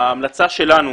ההמלצה שלנו,